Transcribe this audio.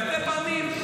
הרבה פעמים,